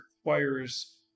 requires